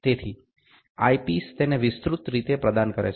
તેથી આઇપિસ તેને વિસ્તૃત રીતે પ્રદાન કરે છે